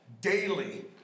daily